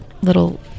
little